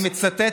אני מצטט,